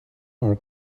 our